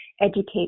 educate